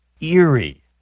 eerie